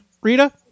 Rita